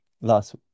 last